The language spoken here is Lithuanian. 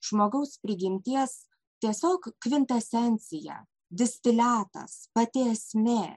žmogaus prigimties tiesiog kvintesencija distiliatas pati esmė